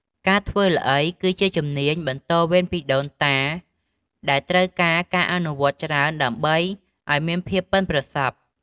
ការធ្វើល្អី គឺជាជំនាញបន្តវេនពីដូនតា ដែលត្រូវការការអនុវត្តច្រើនដើម្បីឱ្យមានភាពប៉ិនប្រសប់។